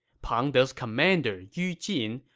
pang de's commander, yu jin,